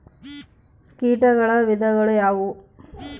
ಕೇಟಗಳ ವಿಧಗಳು ಯಾವುವು?